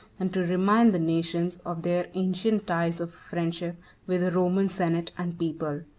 and to remind the nations of their ancient ties of friendship with the roman senate and people.